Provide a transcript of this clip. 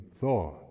thought